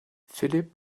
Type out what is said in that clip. philip